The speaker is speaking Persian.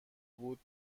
بود